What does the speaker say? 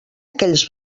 aquells